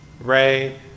Ray